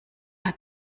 hat